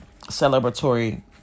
celebratory